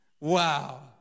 Wow